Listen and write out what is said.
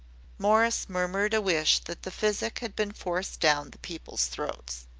morris murmured a wish that the physic had been forced down the people's throats.